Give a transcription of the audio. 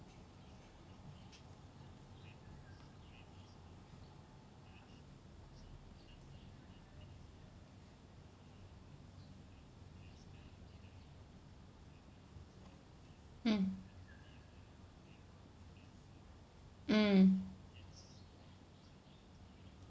mm mm